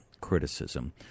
criticism